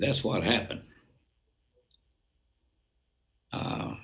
that's what happened